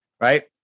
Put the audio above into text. Right